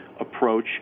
approach